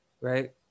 Right